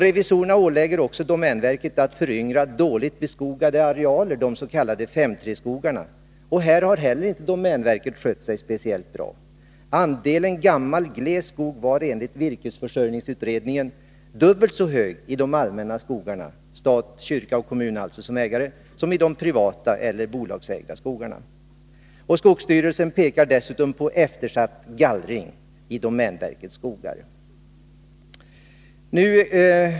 Revisorerna ålägger också domänverket att föryngra dåligt beskogade arealer, de s.k. 5:3-skogarna — och inte heller här har domänverket skött sig speciellt bra. Andelen gammal gles skog var enligt virkesförsörjningsutredningen dubbelt så hög i de allmänna skogarna — med stat, kyrka och kommun som ägare — som i de privata eller bolagsägda skogarna. Skogsstyrelsen pekar dessutom på eftersatt gallring i domänverkets skogar.